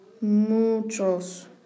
muchos